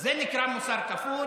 זה נקרא מוסר כפול,